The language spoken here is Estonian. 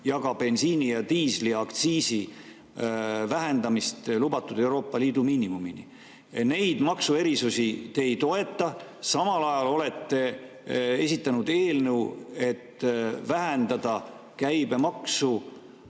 ja bensiini- ja diisliaktsiisi vähendamist Euroopa Liidus lubatud miinimumini. Neid maksuerisusi te ei toeta. Samal ajal olete esitanud eelnõu, et vähendada käibemaksu